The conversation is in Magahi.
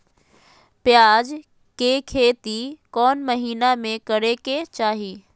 प्याज के खेती कौन महीना में करेके चाही?